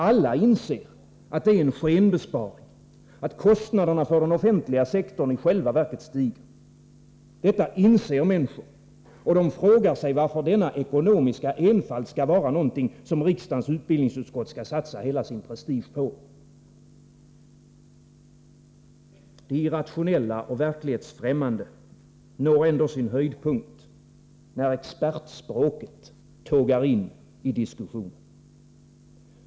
Alla inser att det är en skenbesparing och att kostnaderna för den offentliga sektorn i själva verket stiger. Detta inser människor, och de frågar sig varför denna ekonomiska enfald skall vara något som riksdagens utbildningsutskott skall satsa hela sin prestige på. Det irrationella och verklighetsfrämmande når dock sin höjdpunkt när expertspråket tågar in i diskussionen.